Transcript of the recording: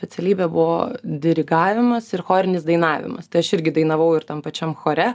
specialybė buvo dirigavimas ir chorinis dainavimas tai aš irgi dainavau ir tam pačiam chore